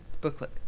booklet